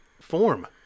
form